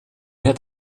had